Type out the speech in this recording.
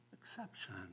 exception